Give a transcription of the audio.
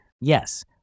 Yes